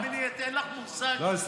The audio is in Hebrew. תאמיני לי, אין לך מושג כמה אני שמח.